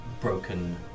broken